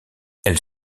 elle